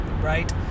right